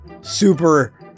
super